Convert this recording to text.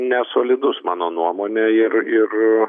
nesolidus mano nuomone ir ir